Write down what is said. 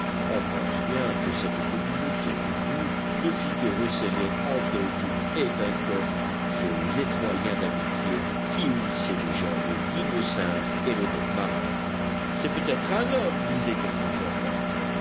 on pense bien que cette communauté de goût ne fit que resserrer entre jup et pencroff ces étroits liens d'amitié qui unissaient déjà le digne singe et l'honnête marin c'est peut-être un homme disait quelquefois